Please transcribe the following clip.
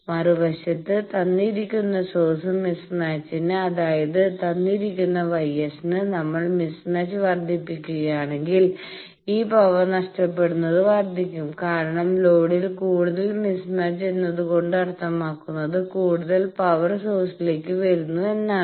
മറുവശത്ത് തന്നിരിക്കുന്ന source mismatch ന് അതായത് തന്നിരിക്കുന്ന γS ന് നമ്മൾ മിസ്മാച്ച് വർദ്ധിപ്പിക്കുകയാണെങ്കിൽ ഈ പവർ നഷ്ടപ്പെടുന്നത് വർദ്ധിക്കും കാരണം ലോഡിൽ കൂടുതൽ മിസ്മാച്ച് എന്നതുകൊണ്ട് അർത്ഥമാക്കുന്നത് കൂടുതൽ പവർ സോഴ്സിലേക്ക് വരുന്നു എന്നാണ്